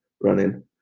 running